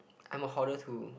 I'm a hoarder too